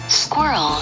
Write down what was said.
squirrel